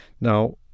Now